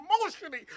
emotionally